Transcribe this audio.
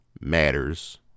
matters